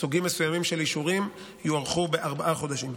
סוגים מסוימים של אישורים יוארכו בארבעה חודשים.